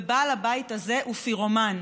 ובעל הבית הזה הוא פירומן.